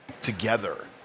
together